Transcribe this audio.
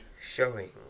showing